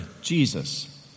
Jesus